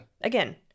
again